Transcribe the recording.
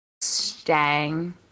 Stang